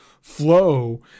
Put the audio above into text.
flow